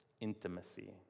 Intimacy